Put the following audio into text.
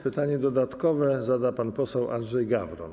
Pytanie dodatkowe zada pan poseł Andrzej Gawron.